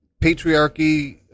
patriarchy